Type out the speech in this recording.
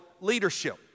leadership